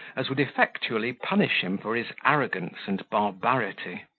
as would effectually punish him for his arrogance and barbarity.